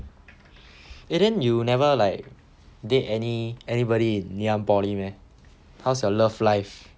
eh then you never like date any anybody in ngee ann poly meh how's your love life